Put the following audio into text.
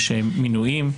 יש מינויים,